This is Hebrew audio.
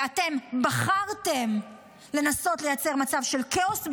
ואתם בחרתם לנסות לייצר מצב של כאוס ביטחוני.